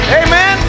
amen